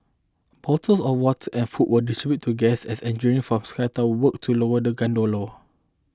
bottles of water and food were distributed to guests as engineer from Sky Tower worked to lower the gondola